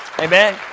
Amen